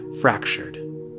fractured